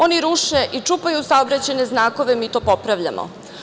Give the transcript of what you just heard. Oni ruše i čupaju saobraćajne znakove, mi to popravljamo.